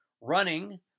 running